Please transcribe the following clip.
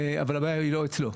אבל הבעיה היא לא אצלנו.